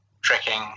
tricking